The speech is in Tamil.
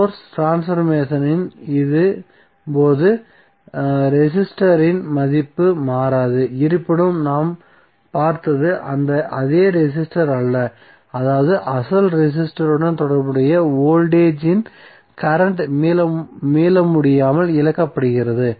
சோர்ஸ் ட்ரான்ஸ்பர்மேசனின் போது ரெசிஸ்டரின் மதிப்பு மாறாது இருப்பினும் நாம் பார்த்தது அதே ரெசிஸ்டர் அல்ல அதாவது அசல் ரெசிஸ்டருடன் தொடர்புடைய வோல்டேஜ் இன் கரண்ட் மீளமுடியாமல் இழக்கப்படுகிறது